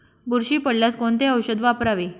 बुरशी पडल्यास कोणते औषध वापरावे?